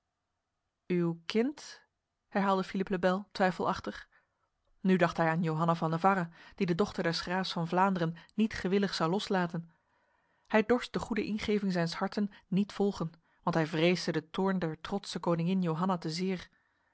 uw kind herhaalde philippe le bel twijfelachtig nu dacht hij aan johanna van navarra die de dochter des graafs van vlaanderen niet gewillig zou loslaten hij dorst de goede ingeving zijns harten niet volgen want hij vreesde de toorn der trotse koningin johanna te zeer